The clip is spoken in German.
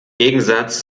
gegensatz